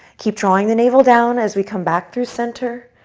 keep drawing the navel down as we come back through center,